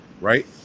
Right